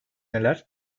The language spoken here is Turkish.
neler